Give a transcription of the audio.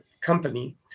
Company